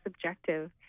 subjective